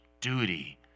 duty